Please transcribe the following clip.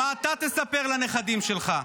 מה אתה תספר לנכדים שלך?